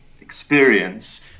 experience